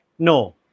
No